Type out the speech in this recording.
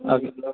okay